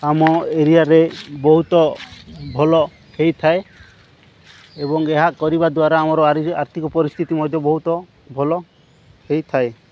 ଆମ ଏରିଆରେ ବହୁତ ଭଲ ହେଇଥାଏ ଏବଂ ଏହା କରିବା ଦ୍ୱାରା ଆମର ଆରି ଆର୍ଥିକ ପରିସ୍ଥିତି ମଧ୍ୟ ବହୁତ ଭଲ ହେଇଥାଏ